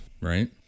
right